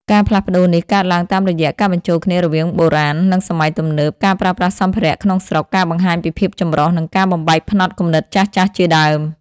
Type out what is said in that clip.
ការផ្លាស់ប្តូរនេះកើតឡើងតាមរយៈ ការបញ្ចូលគ្នារវាងបុរាណ និងសម័យទំនើប ការប្រើប្រាស់សម្ភារៈក្នុងស្រុក ការបង្ហាញពីភាពចម្រុះ និងការបំបែកផ្នត់គំនិតចាស់ៗ ជាដើម។